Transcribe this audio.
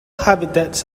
habitats